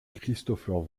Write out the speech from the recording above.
christopher